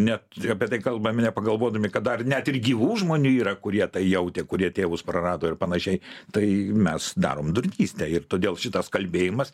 net apie tai kalbame nepagalvodami kad dar net ir gyvų žmonių yra kurie tą jautė kurie tėvus prarado ir panašiai tai mes darom durnystę ir todėl šitas kalbėjimas